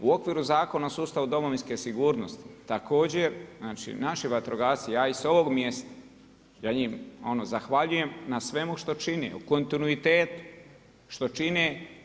U okviru Zakona o sustavu domovinske sigurnosti također, znači naši vatrogasci ja ih sa ovog mjesta, ja im ono zahvaljujem na svemu što čine, u kontinuitetu što čine.